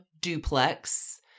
duplex